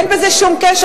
אין לזה שום קשר.